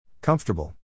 Comfortable